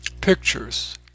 Pictures